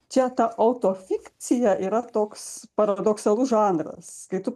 čia ta autofikcija yra toks paradoksalus žanras kai tu